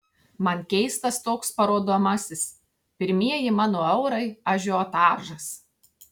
man keistas toks parodomasis pirmieji mano eurai ažiotažas